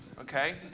okay